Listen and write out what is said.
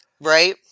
Right